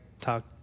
talk